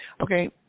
Okay